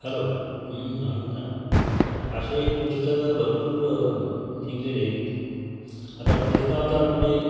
hello असे पुस्तकं भरपूर निघालेले आहे आता कृष्णावतारामध्ये